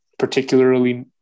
particularly